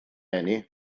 eni